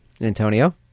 Antonio